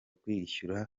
kwishyura